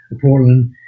Portland –